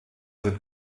sind